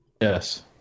Yes